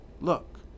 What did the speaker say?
Look